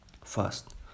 First